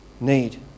need